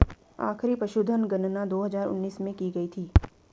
आखिरी पशुधन गणना दो हजार उन्नीस में की गयी थी